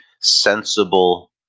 sensible